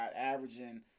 averaging